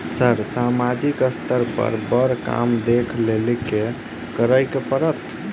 Sir सामाजिक स्तर पर बर काम देख लैलकी करऽ परतै?